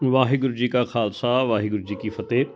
ਵਾਹਿਗੁਰੂ ਜੀ ਕਾ ਖਾਲਸਾ ਵਾਹਿਗੁਰੂ ਜੀ ਕੀ ਫਤਿਹ